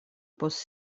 post